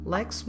Lex